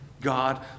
God